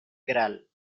gral